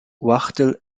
wachtel